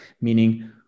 meaning